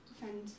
defend